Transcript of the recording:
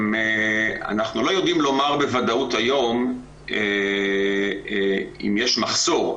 אנחנו לא יודעים לומר בוודאות היום, אם יש מחסור.